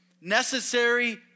necessary